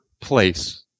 place